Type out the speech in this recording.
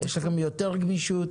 יש לכם יותר גמישות,